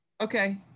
Okay